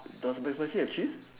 does McSpicy have cheese